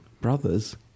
Brothers